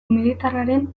militarraren